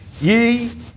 Ye